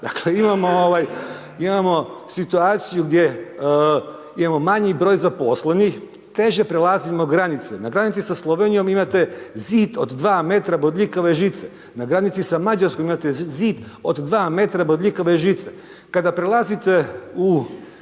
dakle, imamo situaciju gdje imamo manji broj zaposlenih, teže prelazimo granice, na granici sa Slovenijom imate zid od dva metra bodljikave žice, na granici sa Mađarskom imate zid od dva metra bodljikave žice, kada prelazite u susjednu